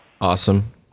Awesome